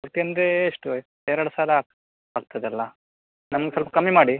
forty ಅಂದರೆ ಎಷ್ಟು ಎರಡು ಸಲ ಆಗ್ತದಲ್ಲ ನಮ್ಗೆ ಸ್ವಲ್ಪ ಕಮ್ಮಿ ಮಾಡಿ